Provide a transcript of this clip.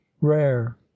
rare